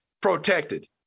protected